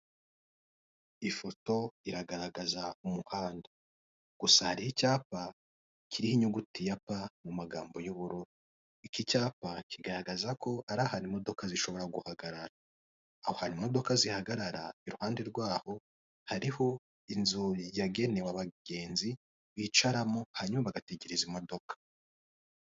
Ifoto iragaragaza umuhanda, gusa hari icyapa kiririmo inyuguti ya pa mu magambo y'ubururu. Iki cyapa kigaragaza ko arahari imodoka zishobora guhagarara, aho imodoka zihagarara iruhande rwaho hariho inzu yagenewe abagenzi bicaramo hanyuma bagategereza imodoka.